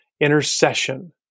intercession